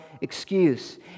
excuse